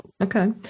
Okay